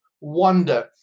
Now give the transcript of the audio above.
wonder